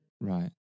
right